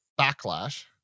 Backlash